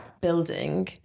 building